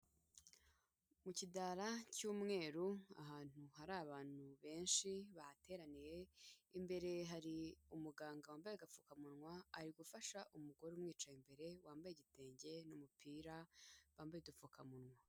Mu kidara cy'umweru ahantu hari abantu benshi bahateraniye, imbere hari umuganga wambaye agapfukamunwa ari gufasha umugore umwicaye imbere wambaye igitenge n'umupira, wambaye udupfukamunwa.